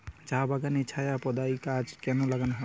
চা বাগানে ছায়া প্রদায়ী গাছ কেন লাগানো হয়?